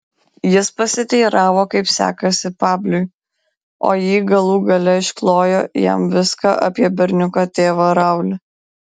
jis pasiteiravo kaip sekasi pablui o ji galų gale išklojo jam viską apie berniuko tėvą raulį